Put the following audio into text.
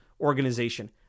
organization